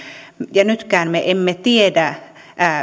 ja nytkään me emme tiedä